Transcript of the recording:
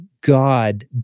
God